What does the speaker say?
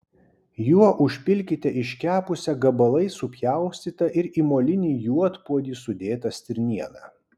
juo užpilkite iškepusią gabalais supjaustytą ir į molinį juodpuodį sudėtą stirnieną